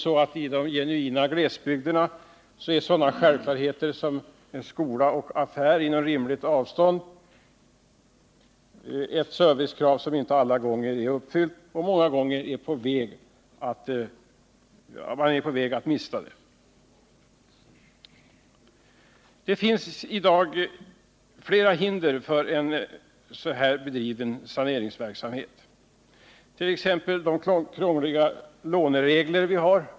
I de genuina glesbygderna är ett sådant självklart servicekrav som att man skall ha skola och affär inom rimligt avstånd inte alla gånger uppfyllt, och i många bygder är man på väg att mista denna service. Det finns i dag flera hinder för en saneringsverksamhet bedriven så som vi föreslår, t.ex. de krångliga låneregler vi har.